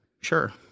Sure